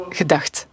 gedacht